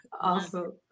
awesome